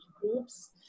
groups